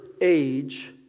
age